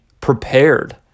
prepared